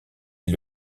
est